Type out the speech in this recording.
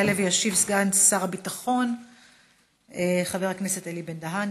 יעלה וישיב סגן שר הביטחון חבר הכנסת אלי בן-דהן,